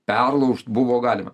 perlaužt buvo galima